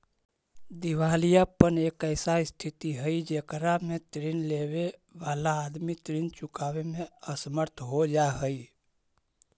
दिवालियापन एक ऐसा स्थित हई जेकरा में ऋण लेवे वाला आदमी ऋण चुकावे में असमर्थ हो जा हई